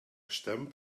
stamp